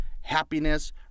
happiness